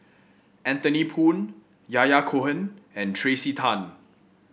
Anthony Poon Yahya Cohen and Tracey Tan